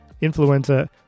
influenza